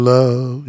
Love